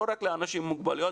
לא רק לאנשים עם מוגבלויות,